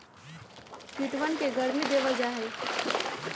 कीटवन के गर्मी देवल जाहई